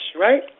right